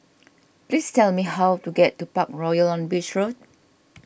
please tell me how to get to Parkroyal on Beach Road